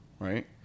Right